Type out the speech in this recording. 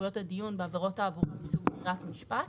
סמכויות הדיון בעבירות תעבורה מסוג ברירת משפט.